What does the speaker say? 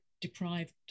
deprived